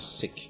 sick